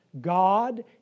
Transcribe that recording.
God